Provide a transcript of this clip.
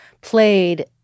played